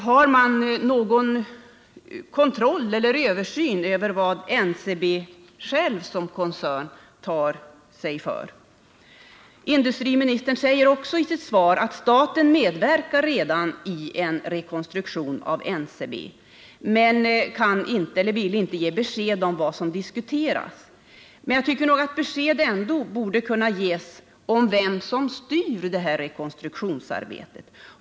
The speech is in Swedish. Har man någon kontroll över vad NCB som koncern tar sig för? Industriministern säger i sitt svar att staten redan medverkar i en rekonstruktion av NCB, men han kan inte eller vill inte ge besked om vad som diskuteras. Jag tycker att ett besked borde kunna ges om vem som styr detta rekonstruktionsarbete.